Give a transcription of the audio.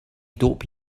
dope